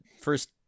first